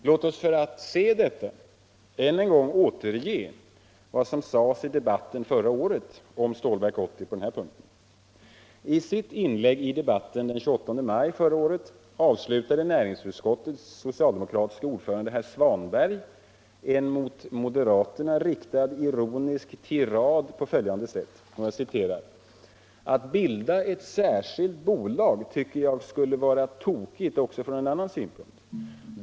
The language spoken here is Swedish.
Låt mig, för att vi skall se detta, än en gång återge vad som sades i debatten förra året om Stålverk 80 på den här punkten. I sitt inlägg i debatten den 28 maj förra året avslutade näringsutskottets socialdemokratiske ordförande herr Svanberg en mot moderaterna riktad ironisk tirad på följande sätt: ”Att bilda ett särskilt bolag tycker jag skulle vara tokigt också från en annan synpunkt.